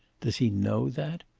does he know that?